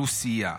האוכלוסייה.